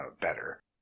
better